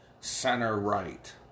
center-right